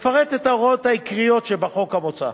אפרט את ההוראות העיקריות שבחוק המוצע: